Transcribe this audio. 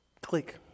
Click